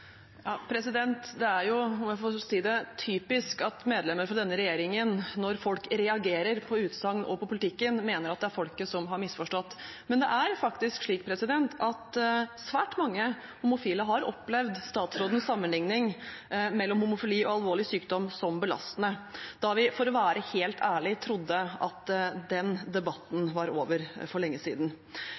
Det er jo, om jeg får si det, typisk at medlemmer fra denne regjeringen mener at det er folket som har misforstått når folk reagerer på utsagn og på politikken. Men det er faktisk slik at svært mange homofile har opplevd statsrådens sammenligning mellom homofili og alvorlig sykdom som belastende, da vi, for å være helt ærlig, trodde at den debatten var over for lenge siden.